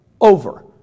over